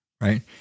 right